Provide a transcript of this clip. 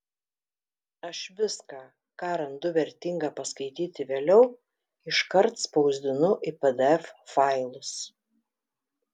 aš viską ką randu vertinga paskaityti vėliau iškart spausdinu į pdf failus